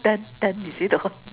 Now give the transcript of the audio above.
ten ten you see the